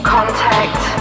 Contact